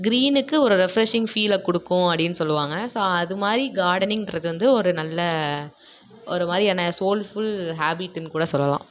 க்ரீனுக்கு ஒரு ரெஃப்ரஷிங் ஃபீலை கொடுக்கும் அப்படின்னு சொல்வாங்க ஸோ அது மாதிரி கார்டனிங்குன்றது வந்து ஒரு நல்ல ஒரு மாதிரியான சோல்ஃபுல் ஹாபிட்டுன்னு கூட சொல்லலாம்